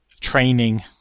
training